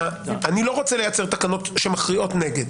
אני לא רוצה לייצר תקנות שמכריעות נגד.